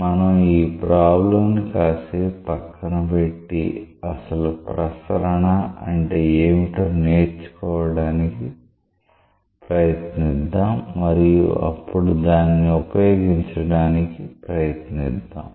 మన ఈ ప్రాబ్లమ్ ని కాసేపు పక్కన పెట్టి అసలు ప్రసరణ అంటే ఏమిటో నేర్చుకోవడానికి ప్రయత్నిద్దాం మరియు అప్పుడు దానిని ఉపయోగించడానికి ప్రయత్నిద్దాం